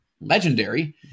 legendary